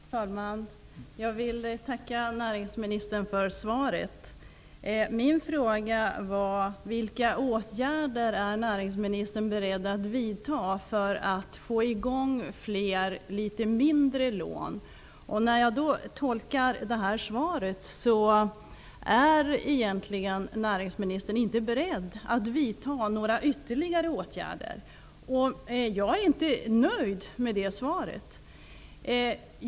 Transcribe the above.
Fru talman! Jag vill tacka näringsministern för svaret. Min fråga var: Vilka ågärder är näringsministern beredd att vidta för att få i gång fler litet mindre lån? När jag tolkar det här svaret finner jag att näringsministern egentligen inte är beredd att vidta några ytterligare åtgärder. Jag är inte nöjd med det svaret.